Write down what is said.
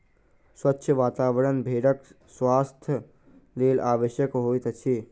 स्वच्छ वातावरण भेड़क स्वास्थ्यक लेल आवश्यक होइत अछि